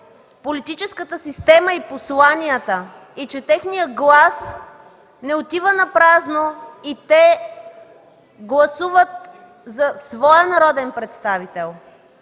политическата система и посланията и че техният глас не отива напразно и те гласуват за своя народен представител?